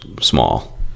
small